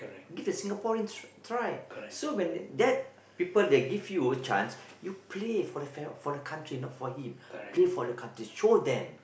give the Singaporeans try so when that people they give you chance you play for the fam~ country not for him play for the country show them